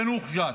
ינוח וג'ת.